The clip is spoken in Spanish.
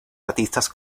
artistas